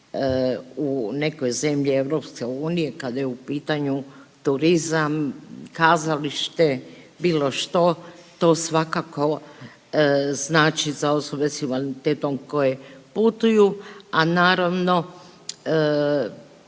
u nekoj zemlji EU kada je u pitanju turizam, kazalište, bilo što to svakako znači za osobe s invaliditetom koje putuju, a naravno